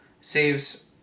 saves